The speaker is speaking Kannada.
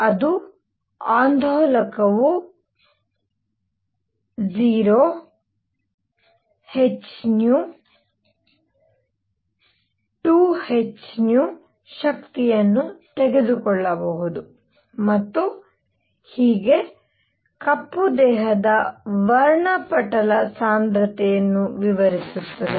ಅದು ಆಂದೋಲಕವು 0 h 2 h ಶಕ್ತಿಯನ್ನು ತೆಗೆದುಕೊಳ್ಳಬಹುದು ಮತ್ತು ಹೀಗೆ ಕಪ್ಪು ದೇಹದ ವರ್ಣಪಟಲ ಸಾಂದ್ರತೆಯನ್ನು ವಿವರಿಸುತ್ತದೆ